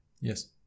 Yes